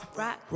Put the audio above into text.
rock